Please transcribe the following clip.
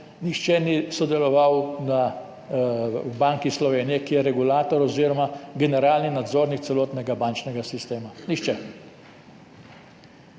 nihče ni sodeloval v Banki Slovenije, ki je regulator oziroma generalni nadzornik celotnega bančnega sistema. Nihče.